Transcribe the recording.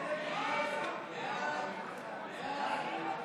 סעיפים 10 11, כהצעת